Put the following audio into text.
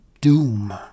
doom